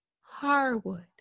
Harwood